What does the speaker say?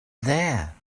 there